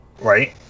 Right